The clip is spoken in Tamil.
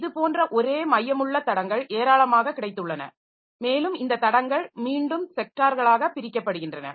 இதுபோன்ற ஒரே மையமுள்ள தடங்கள் ஏராளமாக கிடைத்துள்ளன மேலும் இந்த தடங்கள் மீண்டும் ஸெக்டார்களாக பிரிக்கப்படுகின்றன